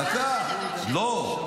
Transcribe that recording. מי,